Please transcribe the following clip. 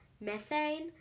methane